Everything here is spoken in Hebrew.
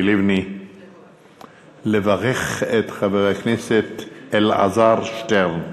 לבני לברך את חבר הכנסת אלעזר שטרן.